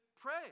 pray